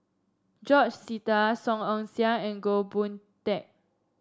George Sita Song Ong Siang and Goh Boon Teck